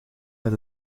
met